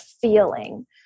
feeling